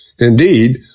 Indeed